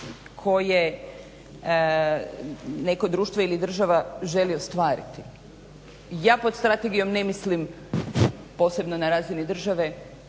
koje neko društvo ili država želi ostvariti. Ja pod strategijom ne mislim, posebno na razini države,